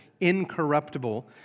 incorruptible